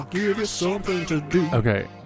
Okay